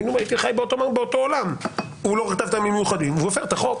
הייתי חי באותו עולם כאשר הוא לא כתב טעמים מיוחדים והוא הפר את החוק.